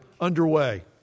underway